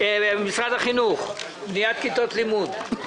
משרד החינוך בניית כיתות לימוד.